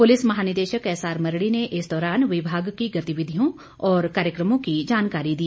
police महानिदेशक एसआरमरडी ने इस दौरान विभाग की गतिविधियों व कार्यकमों की जानकारी दी